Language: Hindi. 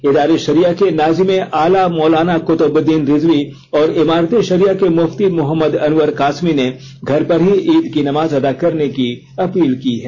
एदार ए षरिया के नाजीमे आला मौलाना कृतुबुदीन रिजवी और इमारत ए षरिया के मुफ्ति मोहम्मद अनवर कासमी ने घर पर ही ईद की नमाज अदा करने की अपील की है